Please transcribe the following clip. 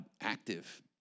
active